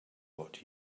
what